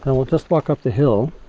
and we'll just walk up the hill